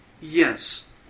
Yes